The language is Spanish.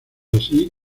así